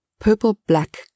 Purple-black